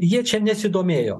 jie čia nesidomėjo